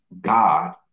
God